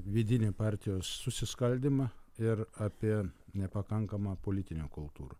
vidinį partijos susiskaldymą ir apie nepakankamą politinę kultūrą